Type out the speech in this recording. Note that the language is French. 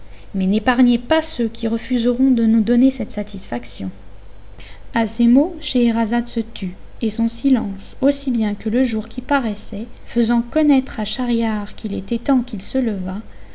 mais n'épargnez pas ceux qui refuseront de nous donner cette satisfaction à ces mots shéhérazade se tut et son silence aussi bien que le jour qui paraissait faisant connaître à schahriar qu'il était temps qu'il se levât